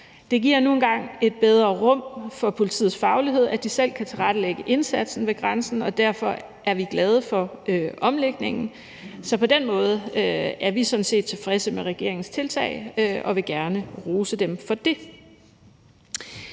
Det giver nu engang et bedre rum for politiets faglighed, at de selv kan tilrettelægge indsatsen ved grænsen, og derfor er vi glade for omlægningen. Så på den måde er vi sådan set tilfredse med regeringens tiltag og vil gerne rose dem for det.